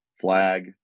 flag